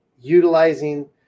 utilizing